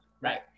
Right